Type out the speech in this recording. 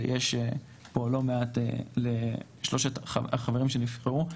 יש פה לא מעט לשלושת החברים שנבחרו.